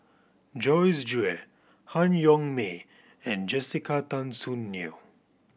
Joyce Jue Han Yong May and Jessica Tan Soon Neo